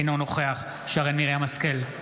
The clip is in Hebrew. אינו נוכח שרן מרים השכל,